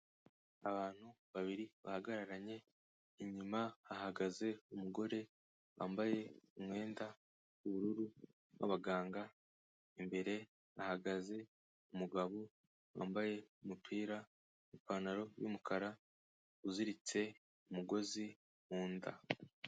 Abantu babiri bahagararanye, inyuma hagaze umugore wambaye umwenda w'ubururu w'abaganga, imbere hahagaze umugabo wambaye umupira n'ipantaro y'umukara, uziritse umugozi mu nda.